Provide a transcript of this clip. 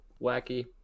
wacky